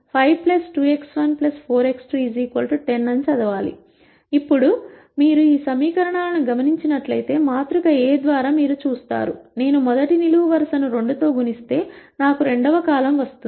ఇప్పుడు మీరు ఈ సమీకరణాలను గమనించినట్లయితే మాతృక A ద్వారా మీరు చూస్తారు నేను మొదటి నిలువు వరుస ను 2 తో గుణి స్తే నాకు రెండవ కాలమ్ వస్తుంది